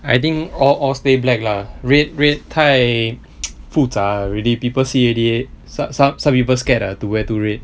I think all all stay black lah red red 太 复杂 already people see already some some some people scared lah to wear red